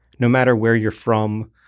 no matter where you're from,